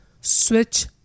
switch